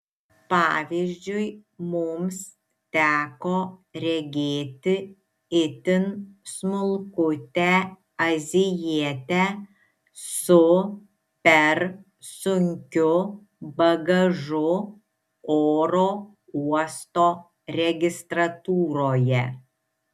pavyzdžiui mums teko regėti itin smulkutę azijietę su per sunkiu bagažu oro uosto registratūroje